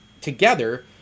together